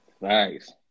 Nice